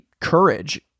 courage